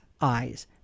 eyes